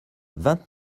vingt